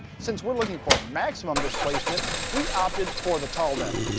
since we're looking for maximum displacement we opted for the tall deck.